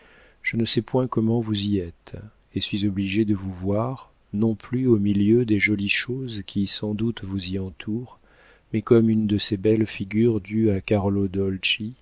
je ne sais point comment vous y êtes et suis obligé de vous voir non plus au milieu des jolies choses qui sans doute vous y entourent mais comme une de ces belles figures dues à